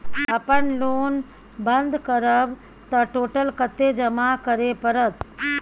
अपन लोन बंद करब त टोटल कत्ते जमा करे परत?